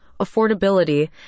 affordability